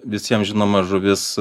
visiems žinoma žuvis